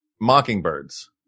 mockingbirds